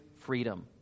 freedom